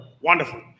Wonderful